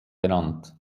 benannt